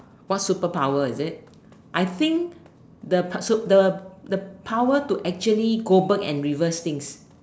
what superpower is it I think the p~ the the power to actually go back and reverse things